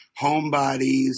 homebodies